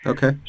Okay